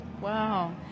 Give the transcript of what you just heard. Wow